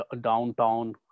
downtown